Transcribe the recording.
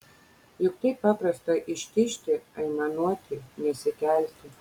juk taip paprasta ištižti aimanuoti nesikelti